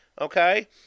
Okay